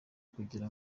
kugira